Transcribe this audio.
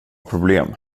problem